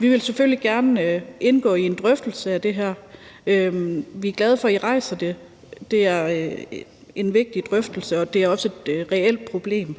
Vi vil selvfølgelig gerne indgå i en drøftelse af det her. Vi er glade for, at I rejser det. Det er en vigtig drøftelse, og det er også et reelt problem.